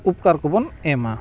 ᱩᱯᱠᱟᱹᱨ ᱠᱚᱵᱚᱱ ᱮᱢᱟ